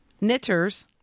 knitters